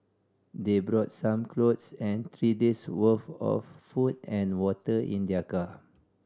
they brought some clothes and three days worth of food and water in their car